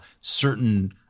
certain